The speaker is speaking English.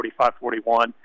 45-41